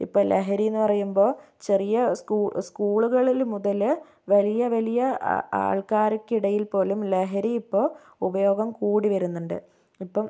ഇപ്പോൾ ലഹരി എന്ന് പറയുമ്പോൾ ചെറിയ സ്കൂള് സ്കൂളുകളില് മുതല് വലിയ വലിയ ആ ആൾക്കാർക്കിടയിൽ പോലും ലഹരി ഇപ്പോൾ ഉപയോഗം കൂടിവരുന്നുണ്ട് അപ്പം